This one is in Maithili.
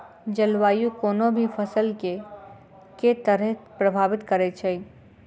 जलवायु कोनो भी फसल केँ के तरहे प्रभावित करै छै?